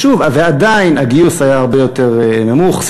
ועדיין הגיוס היה הרבה יותר נמוך,